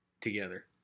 together